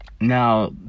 Now